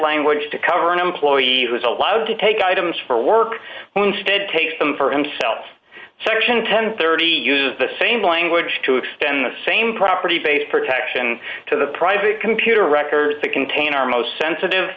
language to cover an employee who is allowed to take items for work instead take some for himself section ten thirty uses the same language to extend the same property based protection to the private computer records that contain our most sensitive